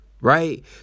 right